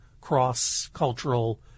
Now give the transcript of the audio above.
cross-cultural